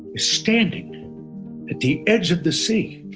standing the edge of the sea.